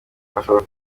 hashobora